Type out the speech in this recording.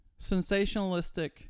sensationalistic